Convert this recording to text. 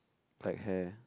black hair